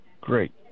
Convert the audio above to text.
great